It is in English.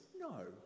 no